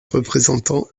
représentants